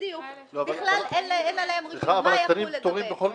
בדיוק, מה יחול לגביהם?